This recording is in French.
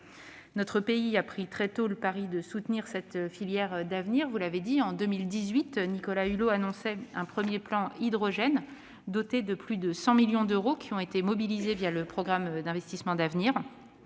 Notre pays a fait très tôt le pari du soutien à cette filière d'avenir : en 2018, Nicolas Hulot annonçait un premier plan Hydrogène, doté de plus de 100 millions d'euros, mobilisés le programme d'investissements d'avenir